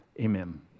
amen